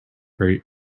rate